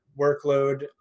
workload